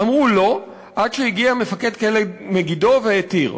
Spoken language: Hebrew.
אמרו: לא, עד שהגיע מפקד כלא "מגידו" והתיר.